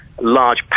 large